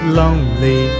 lonely